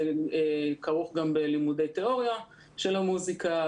זה כרוך גם בלימודי תיאורה של המוזיקה,